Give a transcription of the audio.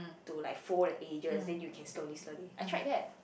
to like fold the edges then you can slowly slowly I tried that